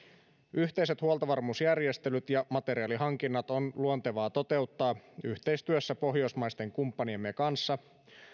yhteiset huoltovarmuusjärjestelyt ja materiaalihankinnat on luontevaa toteuttaa yhteistyössä pohjoismaisten kumppaniemme kanssa